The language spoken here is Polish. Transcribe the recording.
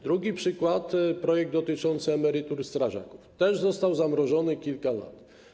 Drugi przykład to projekt dotyczący emerytur strażaków - też został zamrożony na kilka lat.